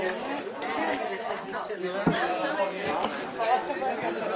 ננעלה בשעה 12:28.